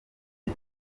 bye